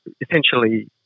essentially